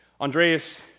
Andreas